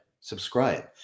subscribe